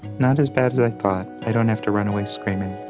not as bad as i thought. i don't have to run away screaming.